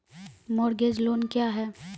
Mortgage loan क्या है?